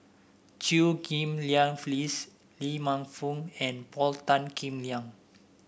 Chew Ghim Lian Phyllis Lee Man Fong and Paul Tan Kim Liang